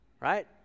right